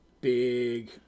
big